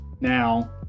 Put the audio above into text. Now